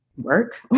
work